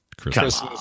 Christmas